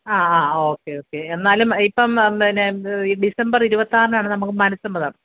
okay okay എന്നാലും ഇപ്പം പിന്നെ ഡിസംബർ ഇരുപത്തിയാറിനാണ് മനസ്സമ്മതം